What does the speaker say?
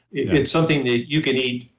it's something that you can eat